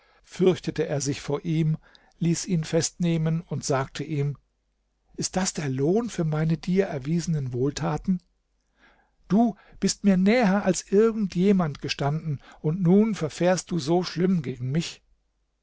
fürchtete er sich vor ihm ließ ihn festnehmen und sagte ihm ist das der lohn für meine dir erwiesenen wohltaten du bist mir näher als irgend jemand gestanden und nun verfährst du so schlimm gegen mich